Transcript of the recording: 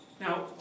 Now